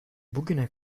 bugüne